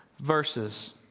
verses